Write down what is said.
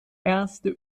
erste